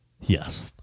Yes